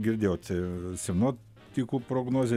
girdėjote sinoptikų prognozę